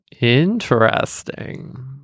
Interesting